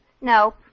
Nope